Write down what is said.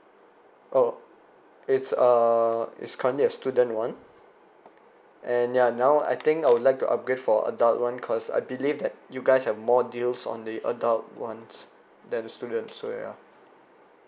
oh it's uh it's currently a student one and ya now I think I would like to upgrade for adult one cause I believe that you guys have more deals on the adult ones than a student so yeah